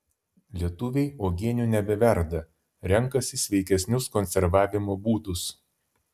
lietuviai uogienių nebeverda renkasi sveikesnius konservavimo būdus